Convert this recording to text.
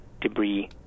debris